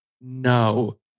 no